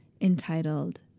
entitled